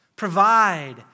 Provide